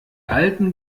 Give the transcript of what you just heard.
alten